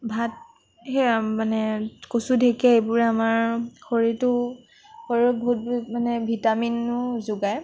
ভাত সেয়া মানে কচু ঢেঁকীয়া এইবোৰে আমাৰ শৰীৰটো শৰীৰক বহুত মানে ভিটামিনো যোগায়